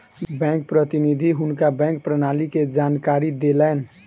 bank प्रतिनिधि हुनका bank प्रणाली के जानकारी देलैन